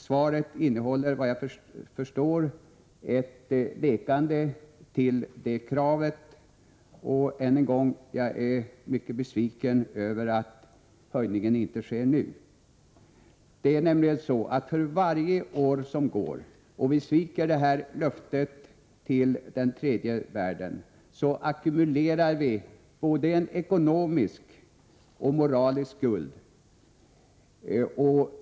Svaret innehåller, vad jag förstår, ett nekande till det kravet. Än en gång: Jag är mycket besviken över att höjningen inte sker nu. För varje år som går och vi sviker det här löftet till tredje världen, ackumulerar vi nämligen både en ekonomisk och en moralisk skuld.